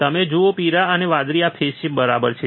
તમે જુઓ પીળા અને વાદળી આ ફેઝની બહાર છે